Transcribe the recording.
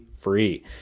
Free